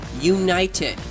united